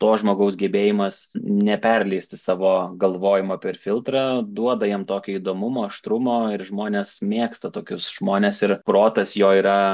to žmogaus gebėjimas neperleisti savo galvojimo per filtrą duoda jam tokio įdomumo aštrumo ir žmonės mėgsta tokius žmones ir protas jo yra